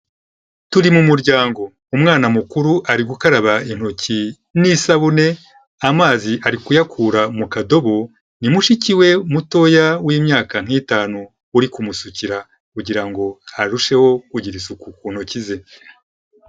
Turi mu muryango, umwana mukuru ari gukaraba intoki n'isabune, amazi ari kuyakura mu kadobo, ni mushiki we mutoya w'imyaka nk'itanu uri kumusukira kugirango arusheho kugira isuku ku ntoki ze.